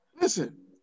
Listen